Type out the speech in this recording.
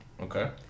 Okay